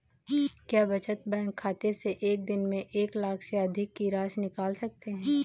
क्या बचत बैंक खाते से एक दिन में एक लाख से अधिक की राशि निकाल सकते हैं?